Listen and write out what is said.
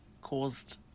caused